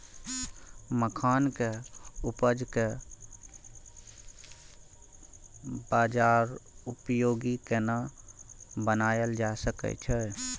मखान के उपज के बाजारोपयोगी केना बनायल जा सकै छै?